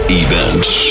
events